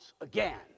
again